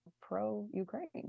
pro-Ukraine